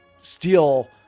steal